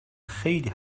خیلی